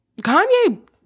Kanye